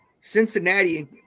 Cincinnati